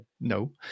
No